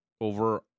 Over